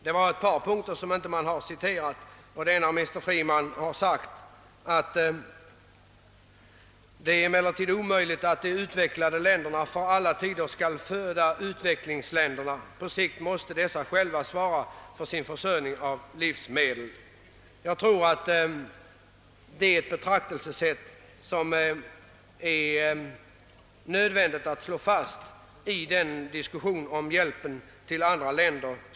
Det är ett par punkter som man inte har tagit upp. Jag tänker t.ex. på vad Mr Freeman sade: »Det är emellertid orimligt att de utvecklade länderna för alla tider skall föda utvecklingsländerna. På sikt måste dessa själva svara för sin försörjning med livsmedel.» Jag tror att detta är ett faktum som det är nödvändigt att slå fast i diskussionen om hjälpen till andra länder.